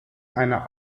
einer